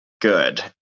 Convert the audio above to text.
good